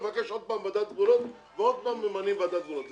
מבקש עוד פעם ועדת גבולות ועוד פעם ממנים ועדת גבולות.